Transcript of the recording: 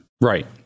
Right